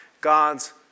God's